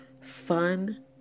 fun